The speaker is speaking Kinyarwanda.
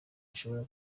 ushobora